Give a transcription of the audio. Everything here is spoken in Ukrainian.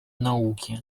науки